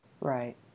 Right